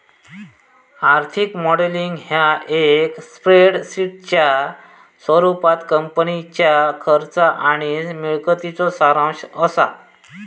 आर्थिक मॉडेलिंग ह्या एक स्प्रेडशीटच्या स्वरूपात कंपनीच्या खर्च आणि मिळकतीचो सारांश असा